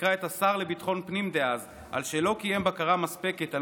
שביקרה את השר לביטחון פנים דאז על שלא קיים בקרה מספקת על